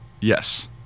Yes